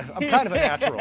i'm kind of a yeah